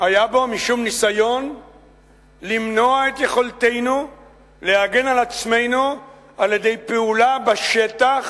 היה בו משום ניסיון למנוע את יכולתנו להגן על עצמנו על-ידי פעולה בשטח